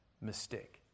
mistake